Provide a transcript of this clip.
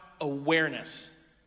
awareness